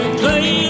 play